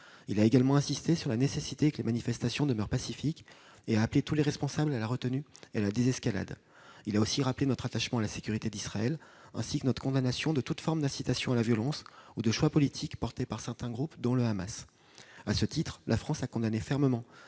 Il a également insisté sur la nécessité de faire en sorte que les manifestations demeurent pacifiques et a appelé tous les responsables à la retenue et à la désescalade. Il a aussi rappelé notre attachement à la sécurité d'Israël, ainsi que notre condamnation de toute forme d'incitation à la violence ou de choix politiques soutenus par certains groupes, dont le Hamas. À ce titre, la France a condamné fermement